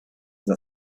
that